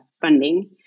funding